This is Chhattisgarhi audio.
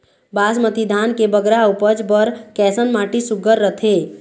बासमती धान के बगरा उपज बर कैसन माटी सुघ्घर रथे?